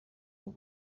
bw’u